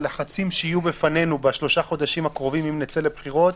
הלחצים שיהיו בפנינו בשלושה החודשים הקרובים אם נצא לבחירות,